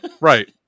right